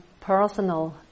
personal